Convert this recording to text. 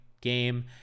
game